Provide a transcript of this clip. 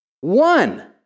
One